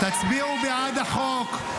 --- תצביעו בעד החוק.